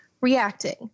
reacting